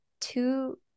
two